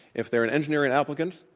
if they're an engineering applicant,